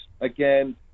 again